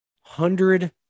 hundred